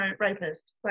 rapist